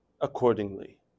accordingly